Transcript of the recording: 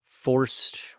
Forced